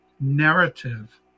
narrative